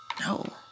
No